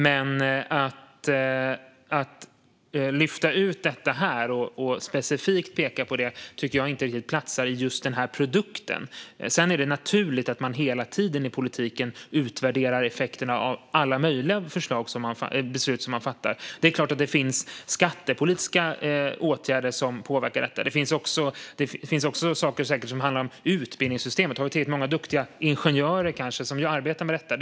Men att lyfta ut detta och specifikt peka på det tycker jag inte riktigt platsar i just den här produkten. Sedan är det naturligt att man hela tiden i politiken utvärderar effekterna av alla möjliga beslut som man fattar. Det är klart att det finns skattepolitiska åtgärder som påverkar detta. Det finns säkert också saker som gäller utbildningssystemet - har vi till exempel tillräckligt många duktiga ingenjörer som arbetar med detta?